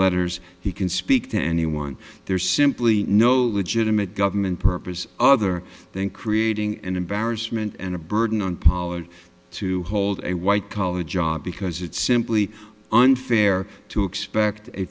letters he can speak to anyone there's simply no legitimate government purpose other than creating an embarrassment and a burden on pollard to hold a white collar job because it's simply unfair to expect a